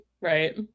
right